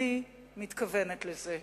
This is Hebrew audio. אני מתכוונת לזה.